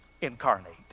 incarnate